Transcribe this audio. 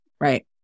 Right